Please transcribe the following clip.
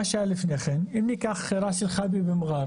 מה שהיה לפני כן אם ניקח את ראס אל חאבי במע'אר